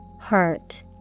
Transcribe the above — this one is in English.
Hurt